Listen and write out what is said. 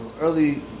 Early